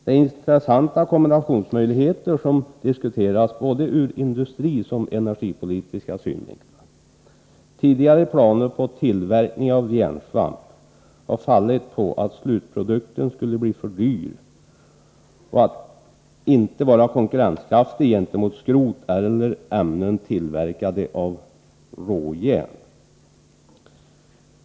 Det är intressanta kombinationsmöjligheter som diskuteras, både ur industrioch ur energipolitiska synvinklar. Tidigare planer på tillverkning av järnsvamp har fallit på att slutprodukten skulle bli för dyr och inte vara konkurrenskraftig gentemot skrot och ämnen tillverkade av råjärn.